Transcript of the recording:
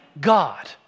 God